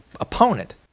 opponent